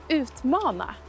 utmana